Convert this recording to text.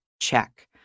Check